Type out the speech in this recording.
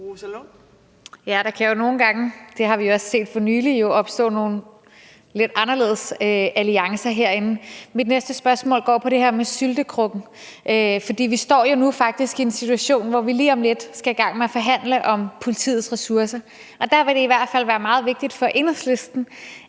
Ja, der kan jo nogle gange – det har vi også set for nylig – opstå nogle lidt anderledes alliancer herinde. Mit næste spørgsmål går på det her med syltekrukken. For vi står jo nu faktisk i en situation, hvor vi lige om lidt skal i gang med at forhandle om politiets ressourcer, og der vil det i hvert fald være meget vigtigt for Enhedslisten,